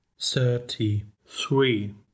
thirty-three